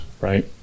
right